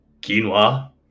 Quinoa